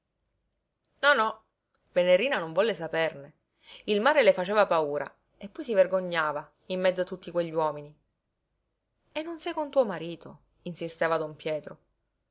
no venerina non volle saperne il mare le faceva paura e poi si vergognava in mezzo a tutti quegli uomini e non sei con tuo marito insisteva don pietro